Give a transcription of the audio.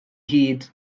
hid